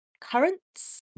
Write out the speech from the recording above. currants